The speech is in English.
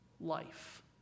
life